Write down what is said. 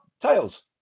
tails